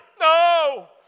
no